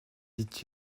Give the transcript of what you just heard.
dit